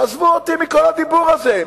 תעזבו אותי מכל הדיבור הזה.